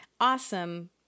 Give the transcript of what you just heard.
awesome